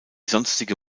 sonstige